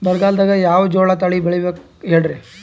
ಬರಗಾಲದಾಗ್ ಯಾವ ಜೋಳ ತಳಿ ಬೆಳಿಬೇಕ ಹೇಳ್ರಿ?